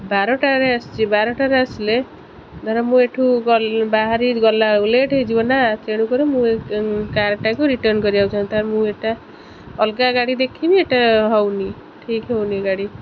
ବାରଟାରେ ଆସିଛି ବାରଟାରେ ଆସିଲେ ଧର ମୁଁ ଏଠୁ ବାହାରି ଗଲା ଲେଟ୍ ହେଇଯିବ ନା ତେଣୁକରି ଏଇ ମୁଁ କାର୍ଟାକୁ ରିଟର୍ନ କରିବାକୁ ଚାହୁଁଛି ତାର ମୁଁ ଏଇଟା ଅଲଗା ଗାଡ଼ି ଦେଖିବି ଏଇଟା ହେଉନି ଠିକ୍ ହେଉନି ଗାଡ଼ି